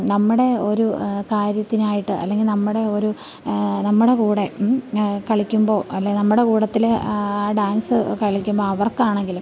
നമ്മുടെ ഒരു കാര്യത്തിനായിട്ട് അല്ലെങ്കിൽ നമ്മുടെ ഒരു നമ്മുടെ കൂടെ കളിക്കുമ്പോൾ അല്ലെങ്കിൽ നമ്മുടെ കൂട്ടത്തിൽ ആ ഡാൻസ് കളിക്കുമ്പം അവർക്കാണെങ്കിലും